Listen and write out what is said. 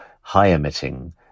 high-emitting